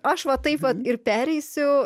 aš va taip vat ir pereisiu